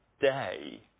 day